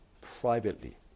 privately